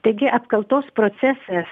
taigi apkaltos procesas